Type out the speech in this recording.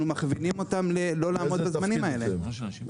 אנחנו מכווינים אותם לא לעמוד בזמנים הללו.